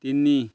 ତିନି